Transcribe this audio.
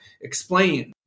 Explain